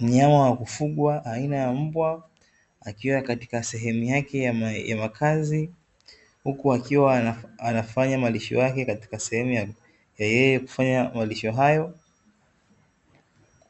Mnyama wa kufungwa aina ya mbwa akiwa katika sehemu yake ya makazi, huku akiwa anafanya malisho yake katika sehemu ya yeye kufanya malisho hayo,